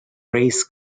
race